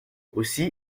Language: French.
aussi